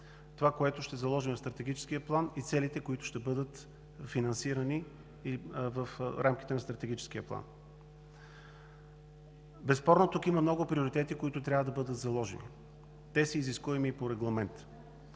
онова, което ще заложим в Стратегическия план, и целите, които ще бъдат финансирани в рамките на Стратегическия план. Безспорно, тук има много приоритети, които трябва да бъдат заложени – те са изискуеми по регламент.